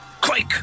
quick